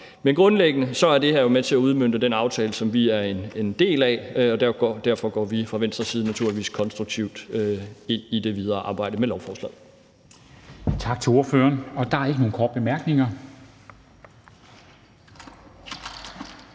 Men grundlæggende er det her jo med til at udmønte den aftale, som vi er en del af. Derfor går vi fra Venstres side naturligvis konstruktivt ind i det videre arbejde med lovforslaget.